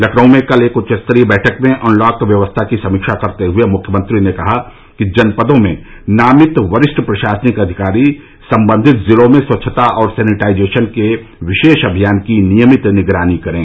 लखनऊ में कल एक उच्च स्तरीय बैठक में अनलॉक व्यवस्था की समीक्षा करते हुए मुख्यमंत्री ने कहा कि जनपदों में नामित वरिष्ठ प्रशासनिक अधिकारी सम्बंधित जिलों में स्वच्छता और सैनिटाइजेशन के विशेष अभियान की नियमित निगरानी करें